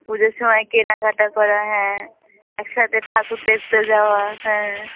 পুজোর সময় কেনাকাটা করা হ্যাঁ একসাথে ঠাকুর দেখতে যাওয়া হ্যাঁ